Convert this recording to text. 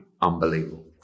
unbelievable